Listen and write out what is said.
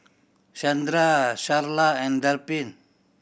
Shandra Sharla and Daphne